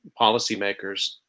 policymakers